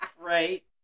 right